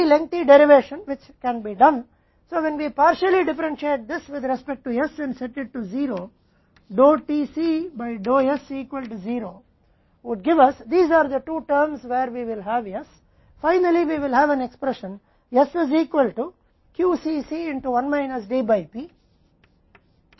और फिर हमें Q और Q के संबंध में इसे आंशिक रूप से अलग करना होगा और वास्तव Q तीनों शब्दों में आता है और फिर हमें s के लिए विकल्प बनाना होगा और s हल करना होगा